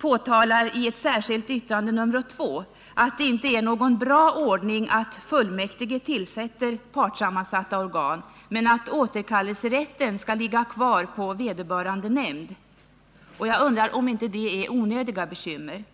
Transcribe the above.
säger i ett särskilt yttrande, nr 2, att det inte är någon bra ordning att fullmäktige tillsätter partsammansatta organ men att återkallelserätten skall ligga kvar på vederbörande nämnd. Jag undrar om inte det är onödiga bekymmer.